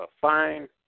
fine